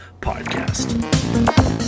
podcast